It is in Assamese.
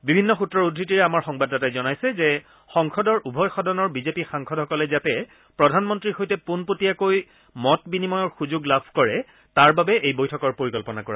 বিভিন্ন সূত্ৰৰ উদ্ধতিৰে আমাৰ সংবাদদাতাই জনাইছে যে সংসদৰ উভয় সদনৰ বিজেপি সাংসদসকলে যাতে প্ৰধানমন্ত্ৰীৰ সৈতে পোনপটীয়াকৈ মত বিনিময়ৰ সুযোগ লাভ কৰে তাৰবাবে এই বৈঠকৰ পৰিকল্পনা কৰা হৈছে